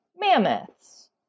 mammoths